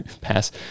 Pass